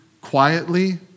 quietly